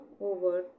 over